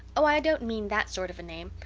oh, i don't mean that sort of a name.